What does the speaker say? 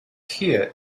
here